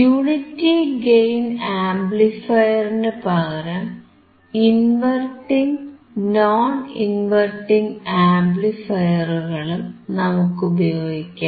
unity gain ആംപ്ലിഫയറിനു പകരം inverting non inverting ആംപ്ലിഫയറുകളും inverting non inverting amplifier നമുക്ക് ഉപയോഗിക്കാം